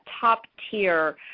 top-tier